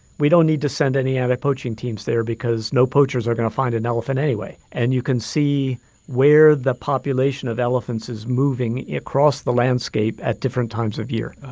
we don't need to send any anti-poaching teams there because no poachers are going to find an elephant anyway. and you can see where the population of elephants is moving across the landscape at different times of year oh,